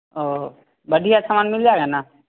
और बढ़िया सामान मिल जाएगा ना